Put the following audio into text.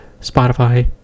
Spotify